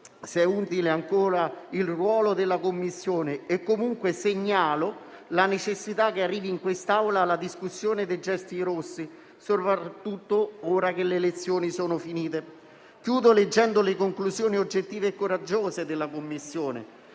utile il ruolo della Commissione e segnalo comunque la necessità che arrivi in Aula la discussione sui gessi rossi, soprattutto ora che le elezioni sono concluse. Chiudo leggendo le conclusioni oggettive e coraggiose della Commissione: